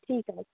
ঠিক আছে